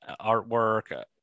artwork